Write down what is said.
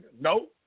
No